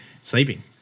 sleeping